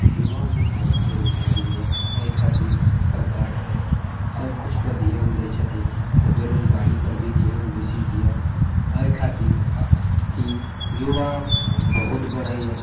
युवामे बहुत बेरोजगारी यऽ अइ खातिर सरकारके सब किछुपर ध्यान दै छथिन तऽ बेरोजगारीपर भी ध्यान बेसी दियऽ अइ खातिर कि युवा बहुत बढै यऽ